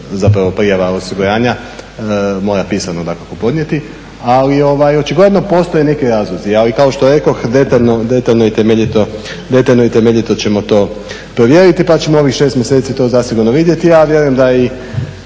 zapravo prijava osiguranja mora pisano dakako podnijeti, ali očigledno postoje neki razlozi ali kao što rekoh detaljno i temeljito ćemo to provjeriti pa ćemo ovih 6 mjeseci to zasigurno vidjeti. Ja vjerujem da i